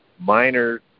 minor